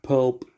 Pulp